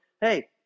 hey